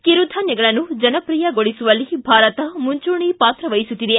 ಕಿರುಧಾನ್ಯಗಳನ್ನು ಜನಪ್ರಿಯಗೊಳಿಸುವಲ್ಲಿ ಭಾರತ ಮುಂಚೂಣಿ ಪಾತ್ರ ವಹಿಸುತ್ತಿದೆ